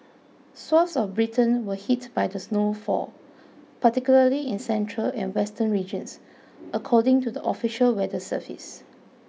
swathes of Britain were hit by the snowfall particularly in central and western regions according to the official weather service